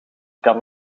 kan